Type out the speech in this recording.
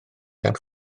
gan